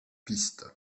piste